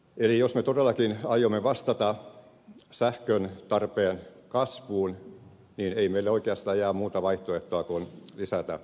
eli jos me todellakin aiomme vastata sähköntarpeen kasvuun niin ei meille oikeastaan jää muuta vaihtoehtoa kuin lisätä ydinvoimaa